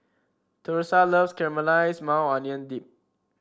Thursa loves Caramelized Maui Onion Dip